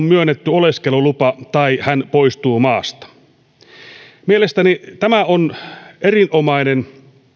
myönnetty oleskelulupa tai hän poistuu maasta mielestäni tämä on erinomainen